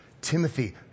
Timothy